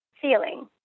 feeling